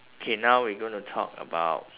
K now we going to talk about